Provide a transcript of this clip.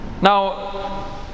Now